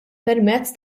permezz